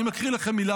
אני מקריא לכם מילה